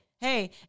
hey